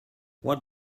what